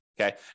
Okay